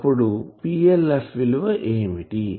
అప్పుడు PLF విలువ ఏమిటి